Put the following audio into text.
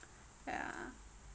ya